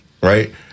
right